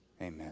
Amen